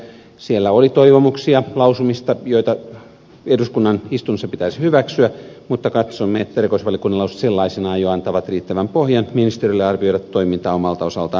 siellä oli toivomuksia lausumista joita eduskunnan istunnossa pitäisi hyväksyä mutta katsomme että erikoisvaliokuntien lausunnot sellaisenaan jo antavat riittävän pohjan ministereille arvioida toimintaa omalta osaltaan